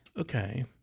Okay